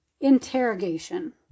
interrogation